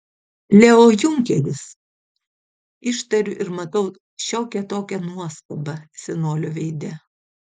leo junkeris ištariu ir matau šiokią tokią nuostabą senolio veide